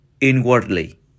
inwardly